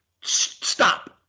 stop